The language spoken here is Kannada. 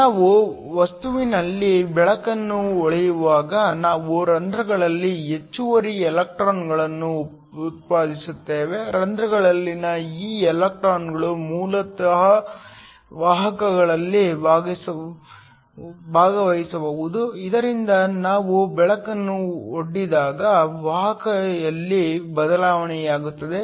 ನಾವು ವಸ್ತುವಿನಲ್ಲಿ ಬೆಳಕನ್ನು ಹೊಳೆಯುವಾಗ ನಾವು ರಂಧ್ರಗಳಲ್ಲಿ ಹೆಚ್ಚುವರಿ ಎಲೆಕ್ಟ್ರಾನ್ಗಳನ್ನು ಉತ್ಪಾದಿಸುತ್ತೇವೆ ರಂಧ್ರಗಳಲ್ಲಿನ ಈ ಎಲೆಕ್ಟ್ರಾನ್ಗಳು ಮೂಲತಃ ವಾಹಕತೆಯಲ್ಲಿ ಭಾಗವಹಿಸಬಹುದು ಇದರಿಂದ ನಾವು ಬೆಳಕನ್ನು ಒಡ್ಡಿದಾಗ ವಾಹಕತೆಯಲ್ಲಿ ಬದಲಾವಣೆಯಾಗುತ್ತದೆ